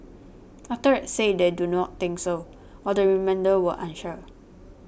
a third said they do not think so while the remainder were unsure